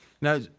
Now